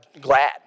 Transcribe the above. glad